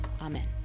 Amen